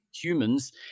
humans